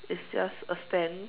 it's just a stand